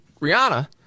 Rihanna